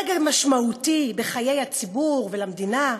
רגע משמעותי בחיי הציבור והמדינה.